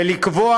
ולקבוע,